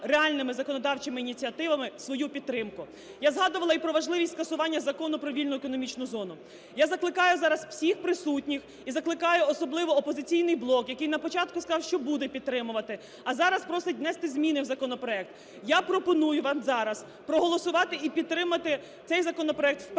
реальними законодавчими ініціативами свою підтримку. Я згадувала і про важливість скасування Закону про вільну економічну зону, я закликаю зараз всіх присутніх і закликаю особливо "Опозиційний блок", який на початку сказав, що буде підтримувати, а зараз просить внести зміни в законопроект, я пропоную вам зараз проголосувати і підтримати цей законопроект в першому